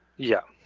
yeah.